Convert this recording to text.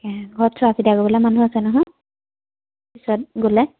তাকেহে ঘৰত চোৱা চিতা কৰিবলৈ মানুহ আছে নহয় পিছত গ'লে